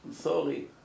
sorry